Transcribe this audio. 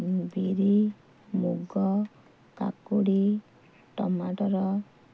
ବିରି ମୁଗ କାକୁଡ଼ି ଟମାଟର